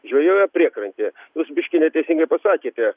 žvejoja priekrantėje jūs biškį neteisingai pasakėte